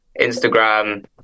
Instagram